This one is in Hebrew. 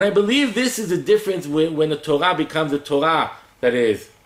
ואני חושב שזו המהלך כשהתורה תהיה התורה זה זה